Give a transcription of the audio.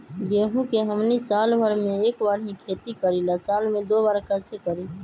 गेंहू के हमनी साल भर मे एक बार ही खेती करीला साल में दो बार कैसे करी?